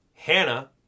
Hannah